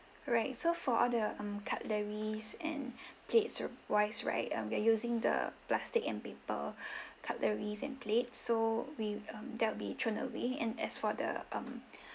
right so for all the um cutleries and plates wise right um we are using the plastic and paper cutleries and plates so we um that will be thrown away and as for the um